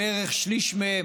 בערך שליש מהם,